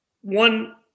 one